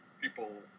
people